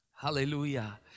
Hallelujah